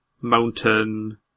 mountain